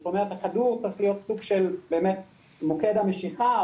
זאת אומרת הכדור צריך להיות סוג של באמת מוקד המשיכה,